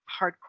hardcore